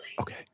Okay